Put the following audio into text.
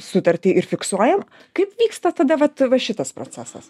sutartį ir fiksuojam kaip vyksta tada vat va šitas procesas